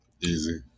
Easy